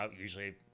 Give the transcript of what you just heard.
usually